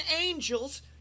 angels